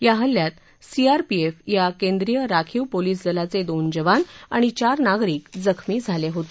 या हल्ल्यात C R P F या केंद्रीय राखीव पोलीस दलाचे दोन जवान आणि चार नागरिक जखमी झाले होते